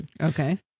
Okay